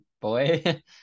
boy